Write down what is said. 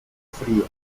frío